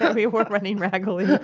but we were running raggily.